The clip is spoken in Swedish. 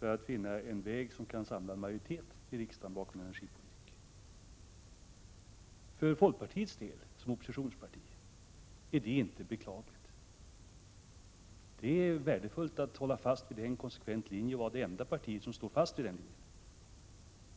för att finna en väg som kan samla en majoritet i riksdagen bakom energipolitiken. För folkpartiet som oppositionsparti är detta inte beklagligt. Det är värdefullt att hålla fast vid en konsekvent linje och vara det enda parti som står fast vid den linjen.